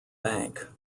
bank